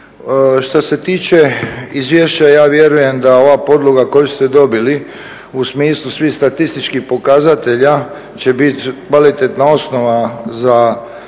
Što se tiče izvješća ja vjerujem da ova podloga koju ste dobili u smislu svih statističkih pokazatelja će biti kvalitetna osnova za